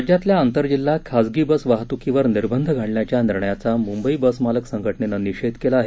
राज्यातल्या आंतरजिल्हा खासगी बस वाहतूकीवर निर्बंध घालण्याच्या निर्णयाचा मुंबई बसमालक संघटनेनं निषेध केला आहे